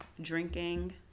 drinking